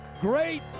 Great